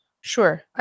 Sure